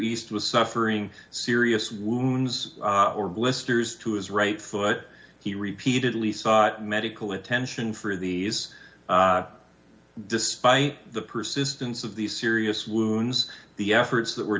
east was suffering serious wounds or blisters to his right foot he repeatedly sought medical attention for these despite the persistence of these serious wounds the efforts that were